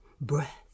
breath